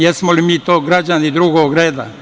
Jesmo li mi to građani drugog reda?